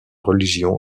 religion